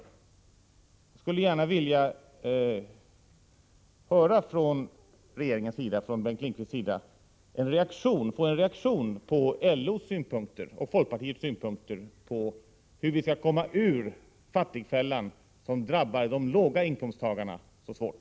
Jag skulle gärna vilja ha en reaktion från regeringens och Bengt Lindqvists sida på LO:s och folkpartiets synpunkter på hur vi skall komma ur fattigfällan, som drabbar låginkomsttagarna så svårt.